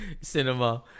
cinema